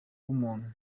w’umuntu